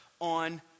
on